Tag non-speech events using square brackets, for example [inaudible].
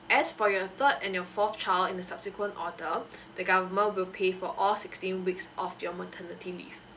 as for your third and fourth child in the subsequent order [breath] the government will pay for all sixteen weeks of your maternity leave